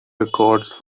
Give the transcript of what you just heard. records